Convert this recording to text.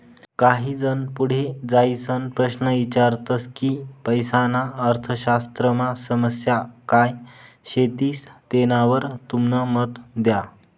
काही जन पुढे जाईसन प्रश्न ईचारतस की पैसाना अर्थशास्त्रमा समस्या काय शेतीस तेनावर तुमनं मत द्या